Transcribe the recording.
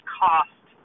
cost